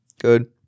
good